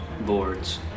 boards